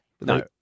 No